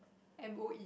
M O E